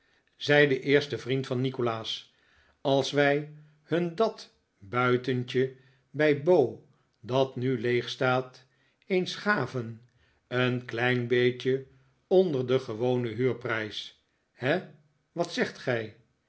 zei de eerste vriend van nikolaas als wij hun dat buitentje bij bow dat nu leegstaat eens gaven een klein beetje onder den gewonen huurprijs he wat zegt gij